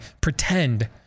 pretend